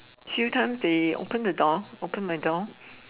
few times they open the door open my door